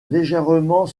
légèrement